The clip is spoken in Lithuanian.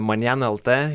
manjena lt